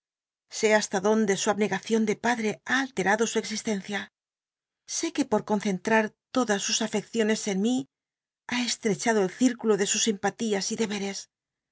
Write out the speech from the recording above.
sé hasta dóncl su abnega cion de padte ha altemdo u existencia sé que po concentrar todas sus afecciones en mi ha estrechado el circulo de sus simpalías y deberes